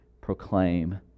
proclaim